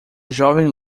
jovem